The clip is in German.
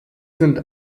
sind